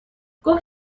گفت